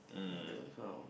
the kind of